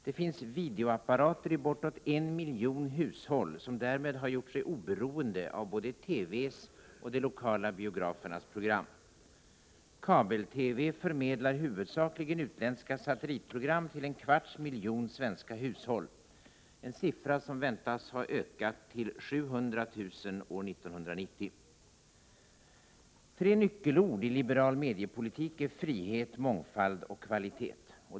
Det finns videoapparater i bortåt en miljon hushåll, som därmed har gjort sig oberoende av TV:s och de lokala biografernas program. Kabel-TV förmedlar huvudsakligen utländska satellitprogram till en kvarts miljon svenska hushåll, en siffra som väntas ha ökat till 700 000 år 1990. Tre nyckelord i liberal mediepolitik är frihet, mångfald och kvalitet.